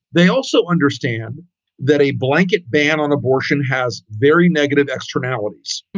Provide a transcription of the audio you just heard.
they also understand that a blanket ban on abortion has very negative externalities.